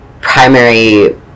primary